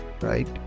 Right